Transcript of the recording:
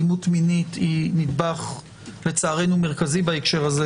המינית היא לצערנו נדבך מרכזי בהקשר הזה